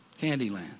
Candyland